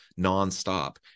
nonstop